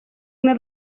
una